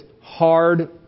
hard